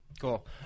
Cool